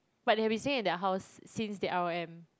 but they have been staying at their house since they r_o_m